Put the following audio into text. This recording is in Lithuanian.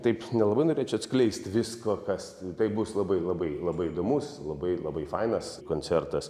taip nelabai norėčiau atskleist visko kas tai bus labai labai labai įdomus labai labai fainas koncertas